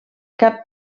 cap